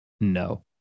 No